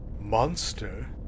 monster